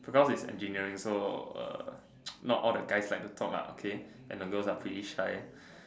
because its engineering so uh not all the guys like to talk okay and the girls are pretty shy